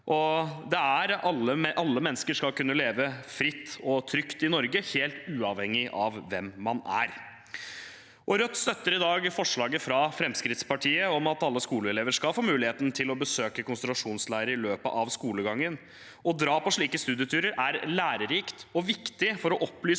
Alle mennesker skal kunne leve fritt og trygt i Norge, helt uavhengig av hvem man er. Rødt støtter i dag forslaget fra Fremskrittspartiet om at alle skoleelever skal få muligheten til å besøke konsentrasjonsleirer i løpet av skolegangen. Å dra på slike studieturer er lærerikt og viktig for å opplyse